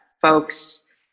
folks